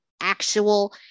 actual